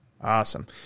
Awesome